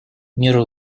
меры